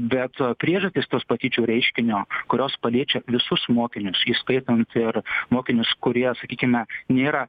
bet priežastys tos patyčių reiškinio kurios paliečia visus mokinius įskaitant ir mokinius kurie sakykime nėra